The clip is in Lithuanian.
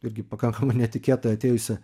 irgi pakankamai netikėtai atėjusia